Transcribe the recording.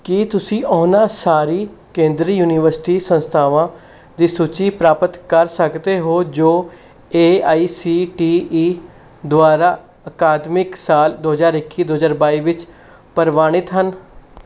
ਕੀ ਤੁਸੀਂ ਉਹਨਾਂ ਸਾਰੀ ਕੇਂਦਰੀ ਯੂਨੀਵਰਸਿਟੀ ਸੰਸਥਾਵਾਂ ਦੀ ਸੂਚੀ ਪ੍ਰਾਪਤ ਕਰ ਸਕਦੇ ਹੋ ਜੋ A I C T E ਦੁਆਰਾ ਅਕਾਦਮਿਕ ਸਾਲ ਦੋ ਹਜ਼ਾਰ ਇੱਕੀ ਦੋ ਹਜ਼ਾਰ ਬਾਈ ਵਿੱਚ ਪ੍ਰਵਾਨਿਤ ਹਨ